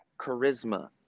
charisma